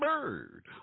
bird